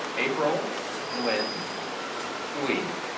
april nguyen bui,